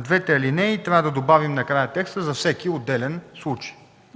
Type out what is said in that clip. двете алинеи накрая трябва да добавим накрая текста „за всеки отделен случай”.